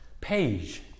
page